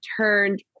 turned